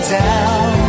down